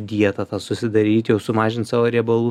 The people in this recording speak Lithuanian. dietą tą susidaryt jau sumažint savo riebalų